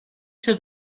się